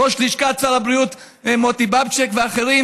ראש לשכת שר הבריאות מוטי בבצ'יק ואחרים